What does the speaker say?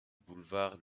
boulevard